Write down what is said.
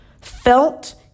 felt